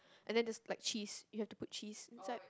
and then just like cheese you have to put cheese inside